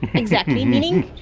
exactly. meaning?